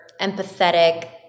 empathetic